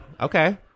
okay